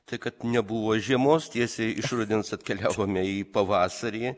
tai kad nebuvo žiemos tiesiai iš rudens atkeliavome į pavasarį